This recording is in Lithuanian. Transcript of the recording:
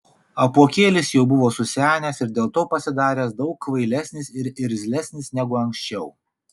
apuokėlis jau buvo susenęs ir dėl to pasidaręs daug kvailesnis ir irzlesnis negu anksčiau